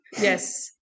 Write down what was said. Yes